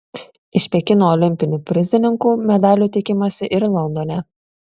iš pekino olimpinių prizininkų medalių tikimasi ir londone